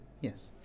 Yes